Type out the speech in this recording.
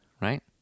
right